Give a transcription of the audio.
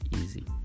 easy